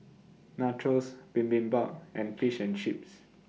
Nachos Bibimbap and Fish and Chips